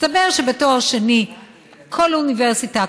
מסתבר שבתואר שני כל אוניברסיטה,